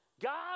God